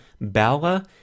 Bala